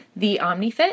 theomnifit